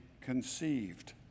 conceived